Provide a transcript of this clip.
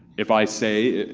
if i say,